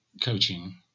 coaching